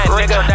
nigga